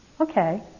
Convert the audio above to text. Okay